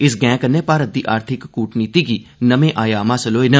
इस गैं कन्नै भारत दी आर्थिक कूटनीति गी नमें आय्याम हासल होए न